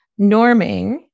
norming